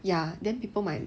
ya then people might